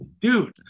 dude